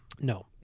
No